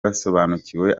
basobanukiwe